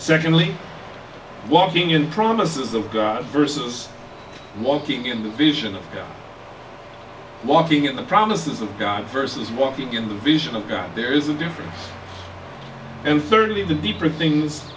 secondly walking in promises of god versus walking in the vision of walking in the promises of god versus walking in the vision of god there is a difference and thirdly the deeper things